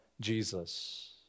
Jesus